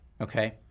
Okay